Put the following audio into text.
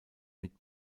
mit